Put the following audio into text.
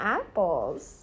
apples